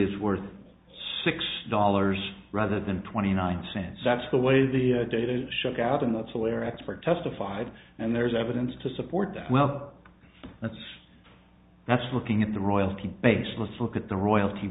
is worth six dollars rather than twenty nine cents that's the way the data shook out and that's where expert testified and there's evidence to support that well that's that's looking at the royalty baseless look at the royalty